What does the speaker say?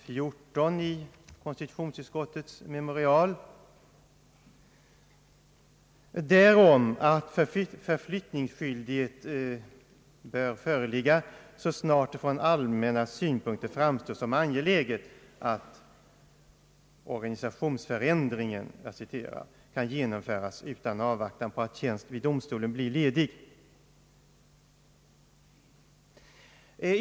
14 i konstitutionsutskottets memorial om att förflyttningsskyldighet bör föreligga »så snart det från allmänna synpunkter framstår som angeläget, att organisationsförändringen kan genomföras utan avvaktan på att tjänst vid domstolen blir ledig».